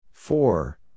Four